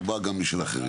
הוא בא גם בשביל אחרים.